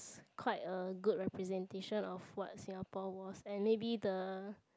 quite a good representation of what Singapore was and maybe the